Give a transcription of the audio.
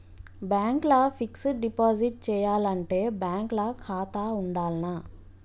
Bank ల fixed deposit చేయాలంటే bank ల ఖాతా ఉండాల్నా?